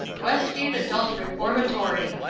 westgate adult reformatory,